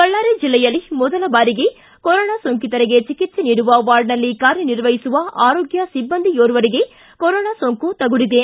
ಬಳ್ಳಾರಿ ಜಿಲ್ಲೆಯಲ್ಲಿ ಮೊದಲ ಬಾರಿಗೆ ಕೊರೊನಾ ಸೋಂಕಿತರಿಗೆ ಚಿಕಿತ್ಸೆ ನೀಡುವ ವಾರ್ಡ್ನಲ್ಲಿ ಕಾರ್ಯನಿರ್ವಹಿಸಿರುವ ಆರೋಗ್ಯ ಸಿಬ್ಬಂದಿಯೋರ್ವರಿಗೆ ಕೊರೊನಾ ಸೋಂಕು ತಗುಲಿದೆ